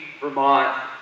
Vermont